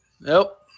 Nope